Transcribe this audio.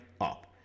up